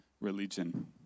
religion